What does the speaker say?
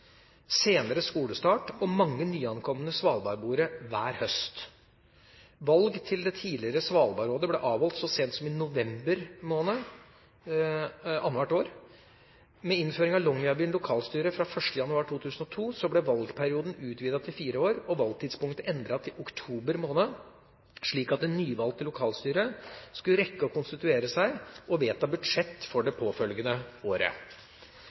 senere skolestart og mange nyankomne svalbardboere hver høst. Valg til det tidligere Svalbardrådet ble avholdt så sent som i november måned annet hvert år. Med innføring av Longyearbyen lokalstyre fra 1. januar 2002 ble valgperioden utvidet til fire år og valgtidspunkt endret til oktober måned, slik at det nyvalgte lokalstyret skulle rekke å konstituere seg og vedta budsjett for det påfølgende året.